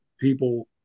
people